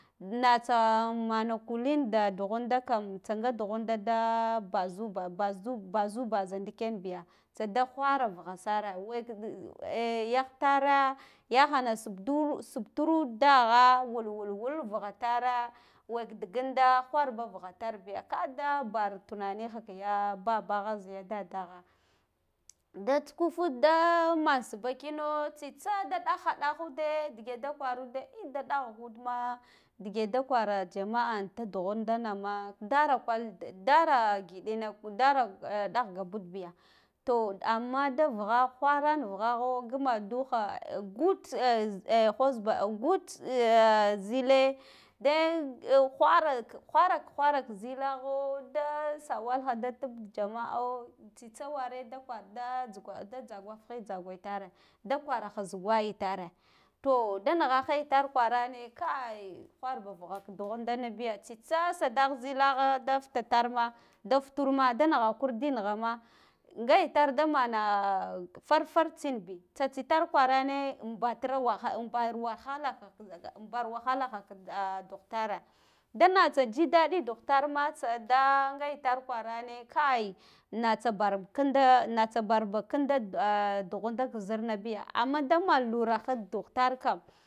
Natsa man kulin da dughunda kam tsa nga dughun da bazu, bazud, bazubaza ndiken biga tsada whara vugha sare wekk dd ehh yahtare yahana subtro subturo dagha wul, wul vugha tare wekk diginda wharba vugha tarbiya kada bar tunaniha kiya babbagha ziya dadagha da tsukuf da man sba kina tsitsa da ɗak ha ɗahude dige ta kwarude ehh da jaha dudma dige da kwara jamma'a ta dughun dana ma dara, kal dara ngiɗine dara ɗahjga bad biya to amma a da vugha wharan vughagho ngumaduha good ehh, ehh, husband, good, zile den wharak whara whara ka zilagha da sa walha da tab jamma'a tsitsa ware da kada ghi da jhagwafghe jhagwaltare da kwaraha zugwa itare do da nighage itar kwarane kai wharba vugha ka dughundana biya tsitsa sadah zila da fatatarma da naghakurdi nighama nga itar damana farfar tsinbi tsatsitar kwarane mbatatira mbar wahala hh kkce imbar wahalaha ka dughtare danatsa ji ɗa dughtarma da nga itar kwarane natsa bari inda natsabarbakind ahh dughunda ka zima biya amma da man lurahada dughtarkam